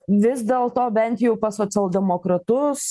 vis dėlto bent jau pas socialdemokratus